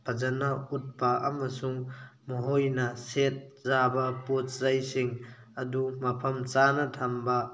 ꯐꯖꯅ ꯎꯠꯄ ꯑꯃꯁꯨꯡ ꯃꯈꯣꯏꯅ ꯁꯦꯠ ꯆꯥꯕ ꯄꯣꯠ ꯆꯩꯁꯤꯡ ꯑꯗꯨ ꯃꯐꯝ ꯆꯥꯅ ꯊꯝꯕ